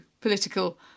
political